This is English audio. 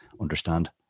understand